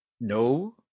no